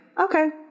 okay